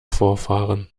vorfahren